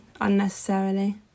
unnecessarily